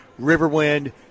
Riverwind